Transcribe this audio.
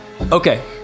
Okay